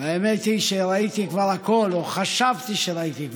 באתי מתוך כוונה